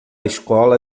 escola